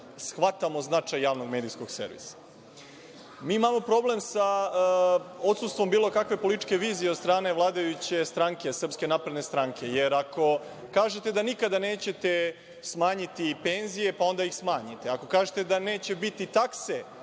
shvatamo značaj Javnog medijskog servisa. Mi imamo problem sa odsustvom bilo kakve političke vizije od strane vladajuće stranke, Srpske napredne stranke. Jer, ako kažete da nikada nećete smanjiti penzije, pa ih smanjite, ako kažete da neće biti takse,